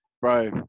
Bro